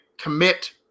commit